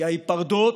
כי ההיפרדות